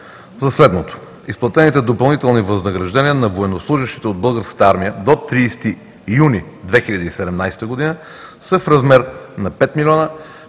за следното: изплатените допълнителни възнаграждения на военнослужещите от Българската армия до 30 юни 2017 г. са в размер на 5 млн.